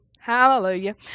Hallelujah